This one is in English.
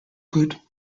good